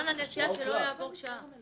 שלא תעבור שעה.